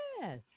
Yes